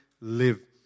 live